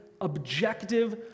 objective